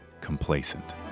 complacent